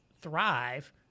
thrive